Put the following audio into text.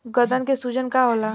गदन के सूजन का होला?